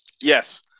Yes